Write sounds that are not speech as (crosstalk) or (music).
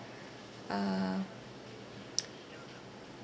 uh (noise)